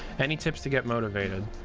any tips to get motivated?